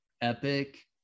epic